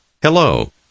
hello